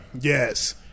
Yes